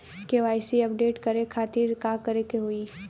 KYC update करे के खातिर का करे के होई?